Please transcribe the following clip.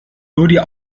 nur